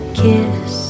kiss